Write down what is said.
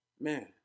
Man